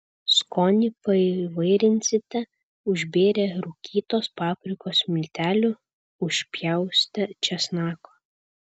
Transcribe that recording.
skonį paįvairinsite užbėrę rūkytos paprikos miltelių užpjaustę česnako